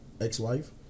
ex-wife